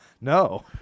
No